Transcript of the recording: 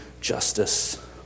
justice